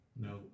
No